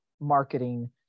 marketing